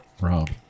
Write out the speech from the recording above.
Rob